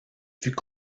fut